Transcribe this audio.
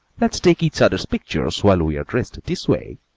let's take each other's pictures while we are dressed this way.